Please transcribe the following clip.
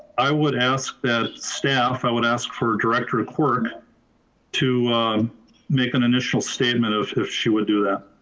i would ask that staff, i would ask for director quirk to make an initial statement if if she would do that.